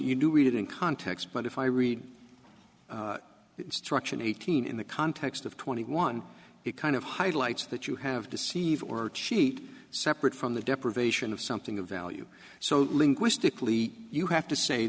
you do read it in context but if i read the instruction eighteen in the context of twenty one it kind of highlights that you have deceived or cheat separate from the deprivation of something of value so linguistically you have to say